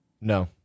No